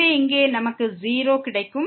எனவே இங்கே நமக்கு 0 கிடைக்கும்